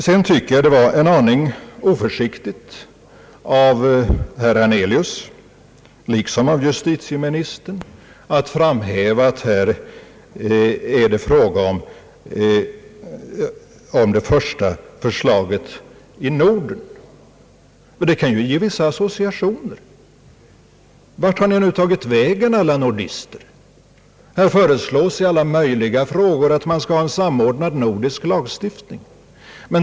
Sedan tycker jag att det var en aning oförsiktigt av herr Hernelius, liksom av justitieministern, att framhålla att här är det fråga om det första förslaget i Norden. Det kan ge vissa associationer. Vart har ni nu tagit vägen, alla nordister? Här föreslås i alla möjliga frågor att man bör ha en samordnad nordisk lagstiftning.